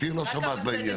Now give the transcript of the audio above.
אותי לא שמעת בעניין.